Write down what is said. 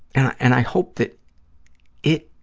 and i hope that it